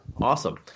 awesome